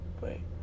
Wait